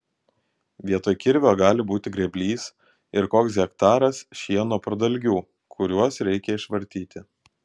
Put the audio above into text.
vietoj kirvio gali būti grėblys ir koks hektaras šieno pradalgių kuriuos reikia išvartyti